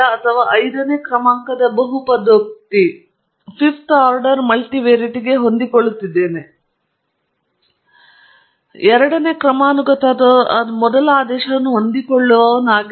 ಉಪನ್ಯಾಸದಲ್ಲಿ ನಾವು ಹೆಚ್ಚು ಸೂಕ್ತವಾದಾಗ ಅಂದರೆ ಈ ಉದಾಹರಣೆಯಲ್ಲಿ ನಾನು ನಾಲ್ಕನೆಯ ಆದೇಶ ಬಹುಪದೀಯ ಅಥವಾ ಐದನೇ ಕ್ರಮಾಂಕದ ಬಹುಪದೋಕ್ತಿಗೆ ಹೊಂದಿಕೊಳ್ಳುತ್ತಿದ್ದೇನೆ ನಾನು ಎರಡನೇ ಕ್ರಮಾನುಗತ ಅಥವಾ ಮೊದಲ ಆದೇಶವನ್ನು ಹೊಂದಿಕೊಳ್ಳುವವನಾಗಿರುತ್ತೇನೆ